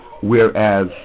Whereas